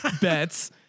bets